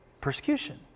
Persecution